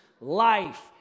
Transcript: life